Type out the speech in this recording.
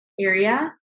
area